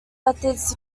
methods